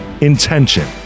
intention